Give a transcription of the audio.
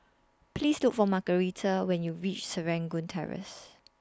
Please Look For Margarita when YOU REACH Serangoon Terrace